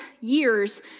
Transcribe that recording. years